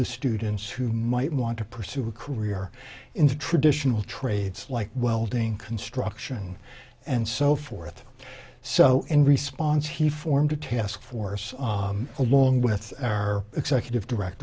the students who might want to pursue a career in the traditional trades like welding construction and so forth so in response he formed a task force along with our executive direct